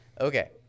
Okay